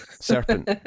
serpent